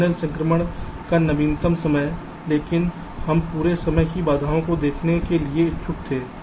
signal संक्रमण का नवीनतम समय लेकिन हम पूरे समय की बाधाओं को देखने के लिए भी इच्छुक थे